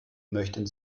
möchten